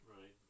Right